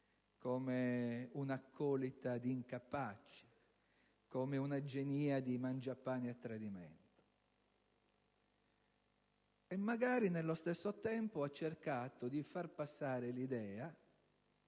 come un'accolita di incapaci, come una genia di mangiapane a tradimento. E magari, nello stesso tempo, ha cercato di far passare l'idea